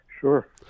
Sure